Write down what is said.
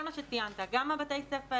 כל מה שציינת: גם בתי הספר